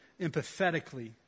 empathetically